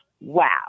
Wow